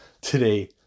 today